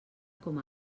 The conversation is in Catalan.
com